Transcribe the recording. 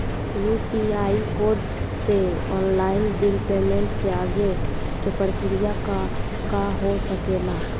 UPI code से online bill payment के आगे के प्रक्रिया का हो सके ला?